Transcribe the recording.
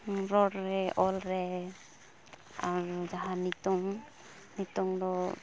ᱨᱚᱲᱨᱮ ᱚᱞᱨᱮ ᱡᱟᱦᱟᱸ ᱱᱤᱛᱚᱝ ᱱᱤᱛᱚᱝᱫᱚ